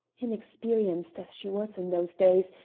inexperienced as she was in those days,